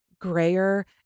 grayer